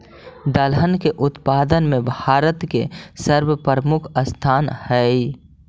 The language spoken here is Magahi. दलहन के उत्पादन में भारत के सर्वप्रमुख स्थान हइ